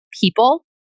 people